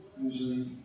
usually